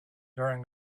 during